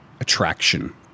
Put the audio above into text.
attraction